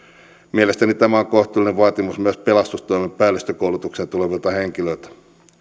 mielestäni tämä on kohtuullinen vaatimus myös pelastustoimen päällystökoulutukseen tulevilta henkilöiltä